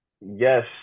Yes